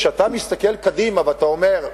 כשאתה מסתכל קדימה ואתה אומר,